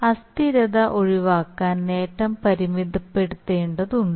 അസ്ഥിരത ഒഴിവാക്കാൻ നേട്ടം പരിമിതപ്പെടുത്തേണ്ടതുണ്ട്